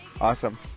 Awesome